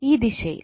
ഈ ദിശയിൽ